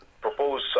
propose